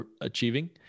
achieving